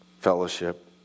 fellowship